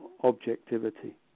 objectivity